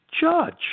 judge